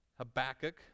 Habakkuk